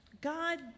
God